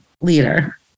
leader